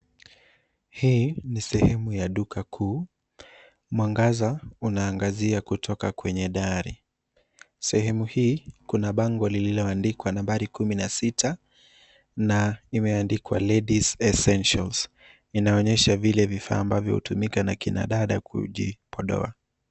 Hii ni sehemu ya duka kuu, mwangaza unaangazia kutoka kwenye dari. Sehemu hii kuna bango lililoandikwa nambari 16 na imeandikwa (cs)ladies essentials(cs). Inaonyesha vile vifaa ambavyo hutumika na kina dada kujipodoa.